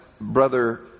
brother